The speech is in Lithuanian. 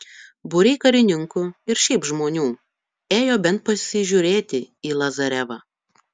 būriai karininkų ir šiaip žmonių ėjo bent pasižiūrėti į lazarevą